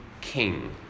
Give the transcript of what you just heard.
king